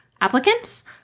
applicants